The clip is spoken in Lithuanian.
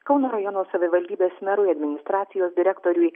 kauno rajono savivaldybės merui administracijos direktoriui